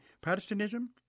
Protestantism